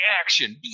action